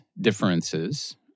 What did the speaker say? differences